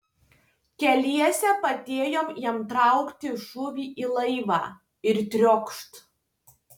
keliese padėjom jam traukti žuvį į laivą ir triokšt